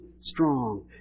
strong